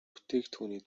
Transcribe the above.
бүтээгдэхүүний